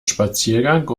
spaziergang